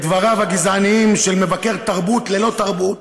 דבריו הגזעניים של מבקר תרבות ללא תרבות,